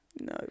No